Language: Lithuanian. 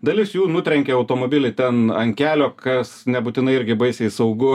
dalis jų nutrenkia automobilį ten an kelio kas nebūtinai irgi baisiai saugu